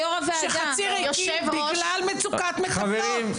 יש לנו מעונות שחצי ריקים בגלל מצוקת מטפלות.